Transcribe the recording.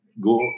go